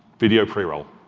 video pre-roll.